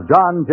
John